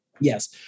Yes